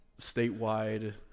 statewide